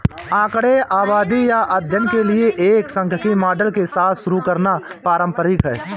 आंकड़े आबादी या अध्ययन के लिए एक सांख्यिकी मॉडल के साथ शुरू करना पारंपरिक है